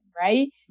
right